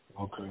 Okay